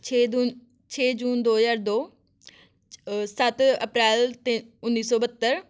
ਛੇ ਦੁੰ ਛੇ ਜੂਨ ਦੋ ਹਜ਼ਾਰ ਦੋ ਸੱਤ ਅਪ੍ਰੈਲ ਤਿੰ ਉੱਨੀ ਸੌ ਬਹੱਤਰ